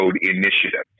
Initiative